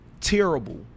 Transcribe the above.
terrible